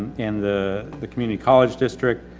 and the, the community college district.